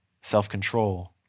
self-control